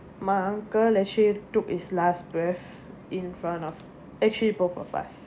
my uncle actually took his last breath in front of actually both of us